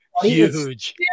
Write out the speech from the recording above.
huge